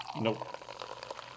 Nope